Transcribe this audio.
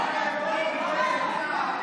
נגד העצמאים ובעד הרפורמים.